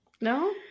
no